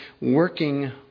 working